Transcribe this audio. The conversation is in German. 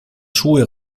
schuhe